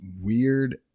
weird